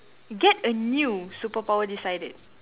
get a new superpower decided